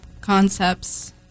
concepts